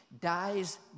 dies